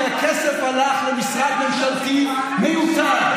כי הכסף הלך למשרד ממשלתי מיותר.